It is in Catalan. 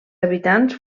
habitants